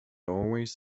always